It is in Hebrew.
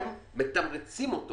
הם מתמרצים אותו